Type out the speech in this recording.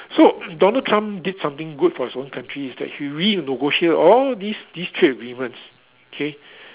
so Donald-Trump did something good for his own country is that he renegotiated all these these trade agreements